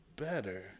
better